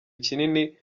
kinini